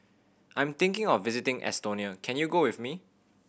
I'm thinking of visiting Estonia can you go with me